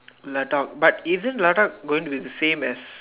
light out but isn't light out going to be the same as